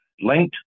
linked